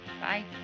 Bye